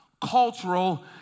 cultural